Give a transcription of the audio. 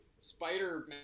spider